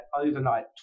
overnight